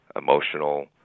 Emotional